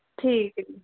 ਠੀਕ ਹੈ ਜੀ